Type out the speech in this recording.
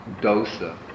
dosa